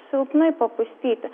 silpnai papustyti